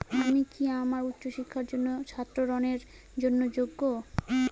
আমি কি আমার উচ্চ শিক্ষার জন্য ছাত্র ঋণের জন্য যোগ্য?